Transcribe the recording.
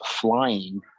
flying